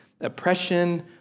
oppression